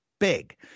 big